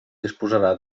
disposarà